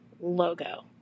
logo